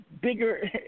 bigger